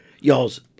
y'all's